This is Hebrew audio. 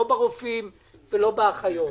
לא במספר הרופאים ולא במספר האחיות.